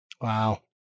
Wow